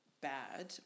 bad